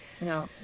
No